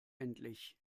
endlich